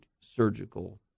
surgical